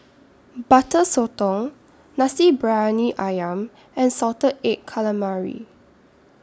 Butter Sotong Nasi Briyani Ayam and Salted Egg Calamari